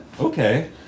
Okay